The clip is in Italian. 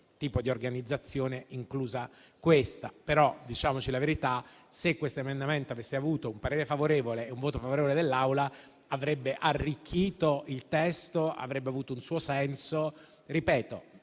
tipo di organizzazione, inclusa questa. Però, diciamoci la verità, se questo emendamento avesse avuto un parere favorevole e un voto favorevole da parte dell'Assemblea, avrebbe arricchito il testo e avrebbe avuto un suo senso.